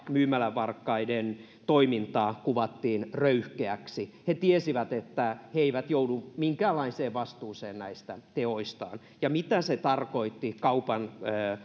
myymälävarkaiden toimintaa kuvattiin jopa röyhkeäksi he tiesivät että he eivät joudu minkäänlaiseen vastuuseen näistä teoistaan ja mitä se tarkoitti kaupan